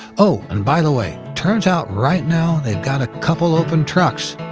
oh, and by the way, turns out right now, they've got a couple open trucks.